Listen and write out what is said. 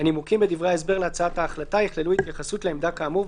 הנימוקים בדברי ההסבר להצעת ההחלטה יכללו התייחסות לעמדה כאמור,